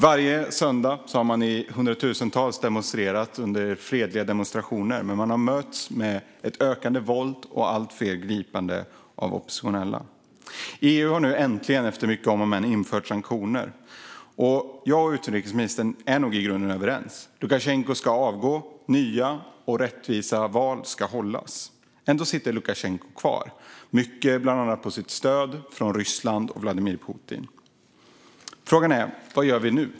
Varje söndag har hundratusentals deltagit i fredliga demonstrationer, men man har mötts av ökande våld och att allt fler oppositionella har gripits. EU har nu äntligen, efter mycket om och men, infört sanktioner. Jag och utrikesministern är nog i grunden överens: Lukasjenko ska avgå, och nya och rättvisa val ska hållas. Ändå sitter Lukasjenko kvar, mycket på sitt stöd från Ryssland och Vladimir Putin. Frågan är vad vi gör nu.